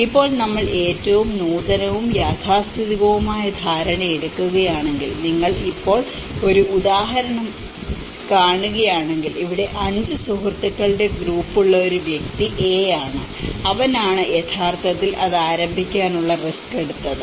ഇപ്പോൾ നമ്മൾ ഏറ്റവും നൂതനവും യാഥാസ്ഥിതികവുമായ ധാരണയെടുക്കുകയാണെങ്കിൽ നിങ്ങൾ ഇപ്പോൾ ഒരു ഉദാഹരണം കാണുകയാണെങ്കിൽ ഇവിടെ 5 സുഹൃത്തുക്കളുടെ ഗ്രൂപ്പുള്ള ഒരു വ്യക്തി A ആണ് അവനാണ് യഥാർത്ഥത്തിൽ അത് ആരംഭിക്കാനുള്ള റിസ്ക് എടുത്തത്